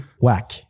Whack